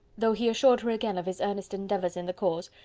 though he assured her again of his earnest endeavours in the cause,